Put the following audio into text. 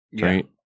Right